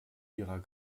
ihrer